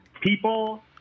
People